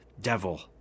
devil